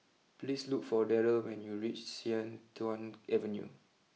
please look for Darryll when you reach Sian Tuan Avenue